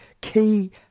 key